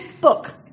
book